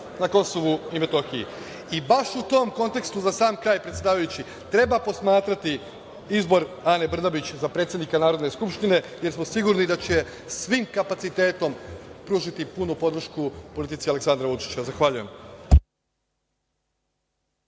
na Kosovu i Metohiji. Baš u tom kontekstu, za sam kraj, predsedavajući, treba posmatrati izbor Ane Brnabić za predsednika Narodne skupštine, jer smo sigurni da će svim kapacitetom pružiti punu podršku politici Aleksandra Vučića. Zahvaljujem.